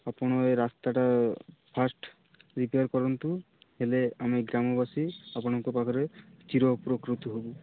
ଆପଣ ଏ ରାସ୍ତାଟା ଫାର୍ଷ୍ଟ୍ ରିପେୟାର୍ କରନ୍ତୁ ହେଲେ ଆମ ଗ୍ରାମବାସୀ ଆପଣଙ୍କ ପାଖରେ ଚୀର ଉପକୃତ ହେବୁ